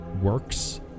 works